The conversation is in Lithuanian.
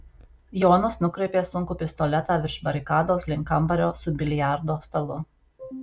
jonas nukreipė sunkų pistoletą virš barikados link kambario su biliardo stalu